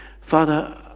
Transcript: Father